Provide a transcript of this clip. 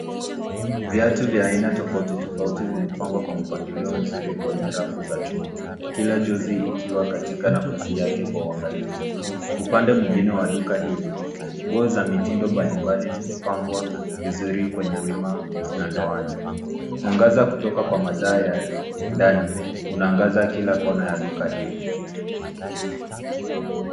Viatu vya aina tofauti tofauti vimepagwa kwa mpangilio mzuri kwenye rafu za chuma kila jozi ikiwa katika nafasi yake kwa uangalifu. Upande mwingine wa duka hili nguo za mitindo mbalimbali zimepangwa vizuri kwenye wima na ndoano. Mwangaza kutoka kwa mataa ya ndani unaangaza kila kona ya duka hili.